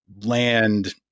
land